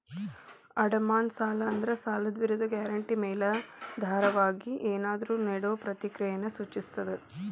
ಅಡಮಾನ ಸಾಲ ಅಂದ್ರ ಸಾಲದ್ ವಿರುದ್ಧ ಗ್ಯಾರಂಟಿ ಮೇಲಾಧಾರವಾಗಿ ಏನಾದ್ರೂ ನೇಡೊ ಪ್ರಕ್ರಿಯೆಯನ್ನ ಸೂಚಿಸ್ತದ